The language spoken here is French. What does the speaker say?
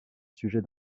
sujet